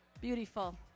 Beautiful